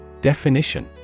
Definition